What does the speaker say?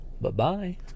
Bye-bye